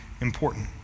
important